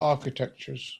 architectures